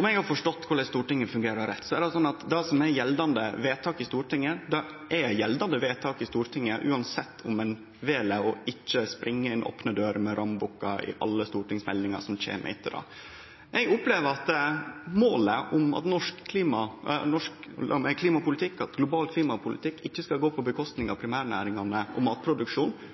Om eg har forstått rett korleis Stortinget fungerer, så er det slik at det som er gjeldande vedtak i Stortinget, det er gjeldande i Stortinget, uansett om ein vel ikkje å springe inn opne dører med rambukk i alle stortingsmeldingar som kjem etter det. Eg opplever at målet om at global klimapolitikk ikkje skal gå ut over primærnæringane og